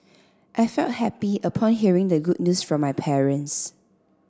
I felt happy upon hearing the good news from my parents